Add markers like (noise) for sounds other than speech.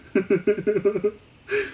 (laughs)